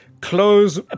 close